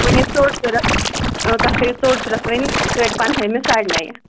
وۅنۍ یہِ ژوٚٹ ضوٚرَتھ تۄہہِ چھُو یہِ ژوٚٹ ضوٚرَتھ وۅنۍ کٔڑۍ پَنٛدہٲیِمِہِ ساڑِ نَیہِ